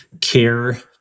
care